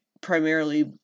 Primarily